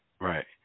right